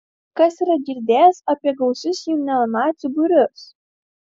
kas yra girdėjęs apie gausius jų neonacių būrius